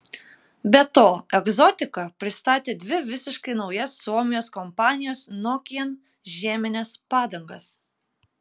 be to egzotika pristatė dvi visiškai naujas suomijos kompanijos nokian žiemines padangas